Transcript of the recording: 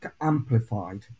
amplified